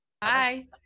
bye